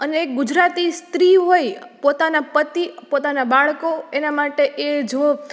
અને એક ગુજરાતી સ્ત્રી હોય પોતાના પતિ પોતાના બાળકો એના માટે એ જો